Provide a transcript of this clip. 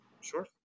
Sure